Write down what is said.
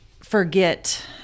forget